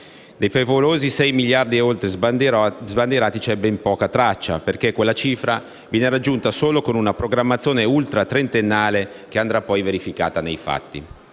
Dei favolosi 6 miliardi e oltre sbandierati c'è ben poca traccia, perché quella cifra viene raggiunta solo con una programmazione ultratrentennale che andrà poi verificata nei fatti.